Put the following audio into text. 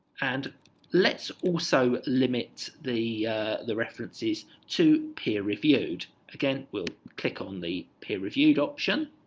and let's also limit the the references to peer-reviewed again we'll click on the peer-reviewed option